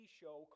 show